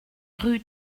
rue